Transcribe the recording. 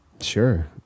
Sure